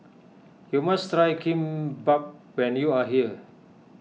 you must try Kimbap when you are here